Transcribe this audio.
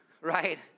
right